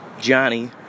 Johnny